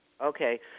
Okay